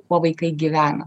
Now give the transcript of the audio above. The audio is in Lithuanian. kuo vaikai gyvena